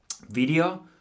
Video